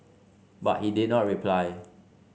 but he did not reply